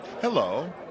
Hello